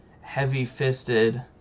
heavy-fisted